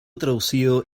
traducido